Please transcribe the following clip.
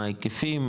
מה ההיקפים,